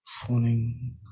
phoning